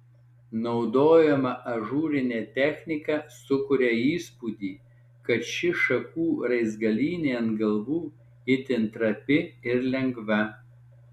naudojama ažūrinė technika sukuria įspūdį kad ši šakų raizgalynė ant galvų itin trapi ir lengva